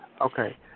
Okay